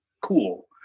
cool